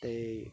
ਅਤੇ